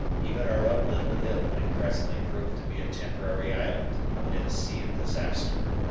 even our own little hill may presently prove to be a temporary island amid a sea of disaster.